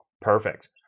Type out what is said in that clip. Perfect